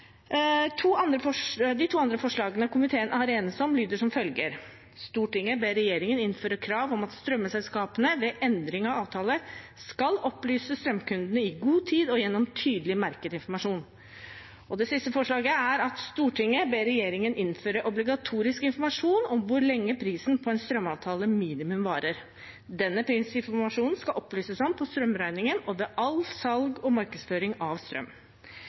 to andre forslag til vedtak. Det ene lyder som følger: «Stortinget ber regjeringen innføre krav om at strømselskapene ved endring av avtale skal opplyse strømkundene i god tid og gjennom tydelig merket informasjon.» Og det siste lyder: «Stortinget ber regjeringen innføre obligatorisk informasjon om hvor lenge prisen på en strømavtale minimum varer. Denne prisinformasjonen skal opplyses om på strømregningen og ved alt salg og all markedsføring av strøm.»